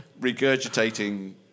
Regurgitating